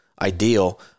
ideal